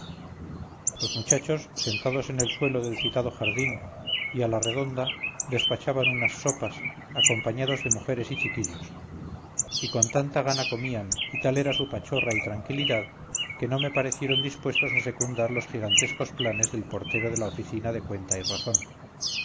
los muchachos sentados en el suelo del citado jardín y a la redonda despachaban unas sopas acompañados de mujeres y chiquillos y con tanta gana comían y tal era su pachorra y tranquilidad que no me parecieron dispuestos a secundar los gigantescos planes del portero de la oficina de cuenta y razón